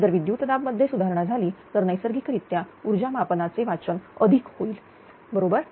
जर विद्युतदाब मध्ये सुधारणा झाली तर नैसर्गिकरित्या ऊर्जा मापनाचे वाचन अधिक होईल बरोबर